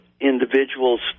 individuals